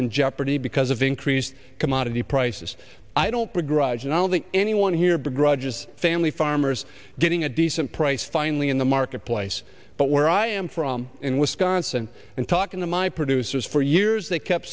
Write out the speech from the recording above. in jeopardy because of increased commodity prices i don't begrudge and i don't think anyone here begrudge is family farmers getting a decent price finally in the marketplace but where i am from in wisconsin and talking to my producers for years they kept